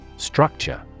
Structure